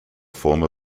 former